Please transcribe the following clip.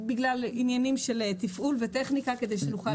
בגלל עניינים של תפעול וטכניקה כדי שנוכל לתת.